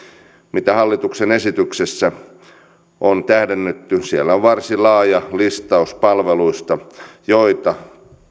mitä hallituksen esityksessä on tähdennetty siellä on varsin laaja listaus palveluista joita